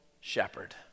shepherd